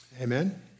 Amen